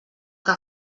que